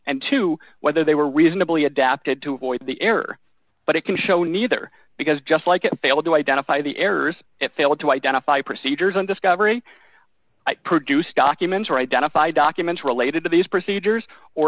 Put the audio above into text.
and to whether they were reasonably adapted to avoid the error but it can show neither because just like it failed to identify the errors it failed to identify procedures on discovery produce documents or identify documents related to these procedures or